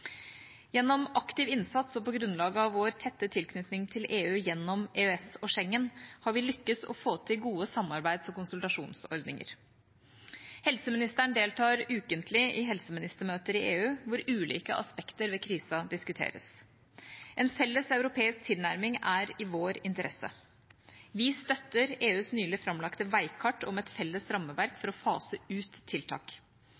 Gjennom aktiv innsats og på grunnlag av vår tette tilknytning til EU gjennom EØS og Schengen har vi lyktes å få til gode samarbeids- og konsultasjonsordninger. Helseministeren deltar ukentlig i helseministermøter i EU hvor ulike aspekter ved krisen diskuteres. En felles europeisk tilnærming er i vår interesse. Vi støtter EUs nylig framlagte veikart om et felles rammeverk